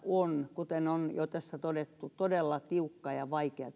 on kuten on jo tässä todettu todella tiukka ja vaikea